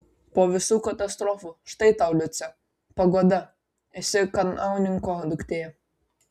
po visų katastrofų štai tau liuce paguoda esi kanauninko duktė